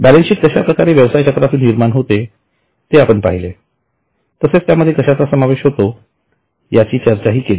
balance sheet कश्याप्रकारे व्यवसाय चक्रातून निर्माण होते हे पहिले तसेच त्या मध्ये कशाचा समावेश होतो याची चर्चा केली